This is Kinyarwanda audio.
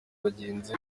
bagenzi